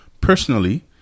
Personally